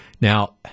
Now